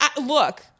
look